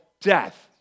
death